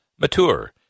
mature